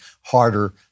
harder